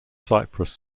cypress